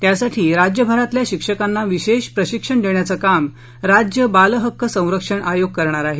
त्यासाठी राज्यभरातल्या शिक्षकांना विशेष प्रशिक्षण देण्याचं काम राज्य बालहक्क संरक्षण आयोग करणार आहे